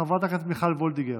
חברת הכנסת מיכל וולדיגר,